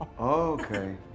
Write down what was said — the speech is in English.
Okay